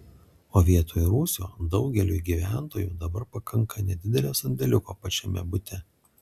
o vietoj rūsio daugeliui gyventojų dabar pakanka nedidelio sandėliuko pačiame bute